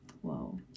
Whoa